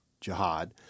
jihad